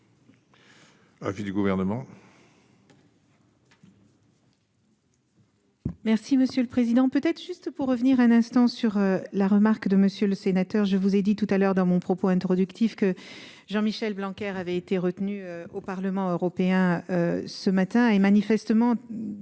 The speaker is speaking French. Monsieur le Président, peut-être juste pour revenir un instant sur la remarque de Monsieur le Sénateur, je vous ai dit tout à l'heure dans mon propos introductif que Jean-Michel Blanquer, avait été retenu au Parlement européen ce matin et, manifestement,